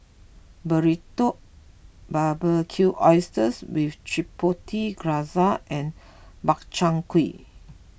Burrito Barbecued Oysters with Chipotle Glaze and Makchang Gui